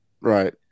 Right